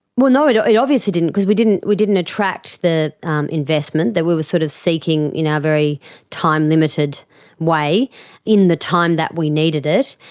well no, it it obviously didn't because we didn't we didn't attract the investment that we were sort of seeking in our very time limited way in the time that we needed it.